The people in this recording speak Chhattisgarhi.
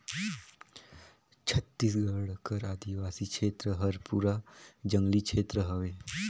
छत्तीसगढ़ कर आदिवासी छेत्र हर पूरा जंगली छेत्र हवे